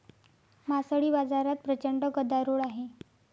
मासळी बाजारात प्रचंड गदारोळ आहे